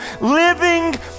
living